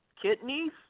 kidneys